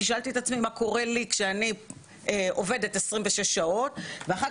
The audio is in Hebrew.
שאלתי את עצמי מה קורה לי כשאני עובדת 26 שעות ואחר